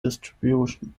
distribution